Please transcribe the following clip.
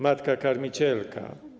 Matka karmicielka.